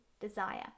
desire